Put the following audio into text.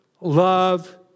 love